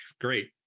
Great